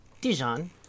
Dijon